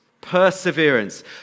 perseverance